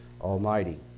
Almighty